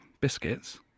biscuits